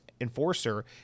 enforcer